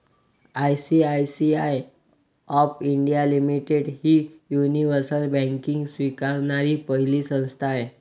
ICICI of India limited ही universal banking स्वीकारणारी पहिली संस्था आहे